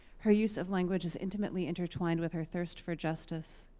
her use of language is intimately intertwined with her thirst for justice.